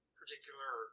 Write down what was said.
particular